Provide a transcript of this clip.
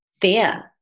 fear